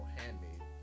handmade